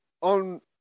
on